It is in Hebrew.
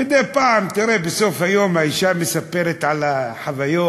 מדי פעם בסוף היום האישה מספרת חוויות,